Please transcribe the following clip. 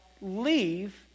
leave